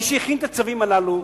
מי שהכין את הצווים הללו,